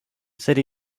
city